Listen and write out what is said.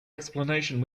explanation